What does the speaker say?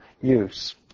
use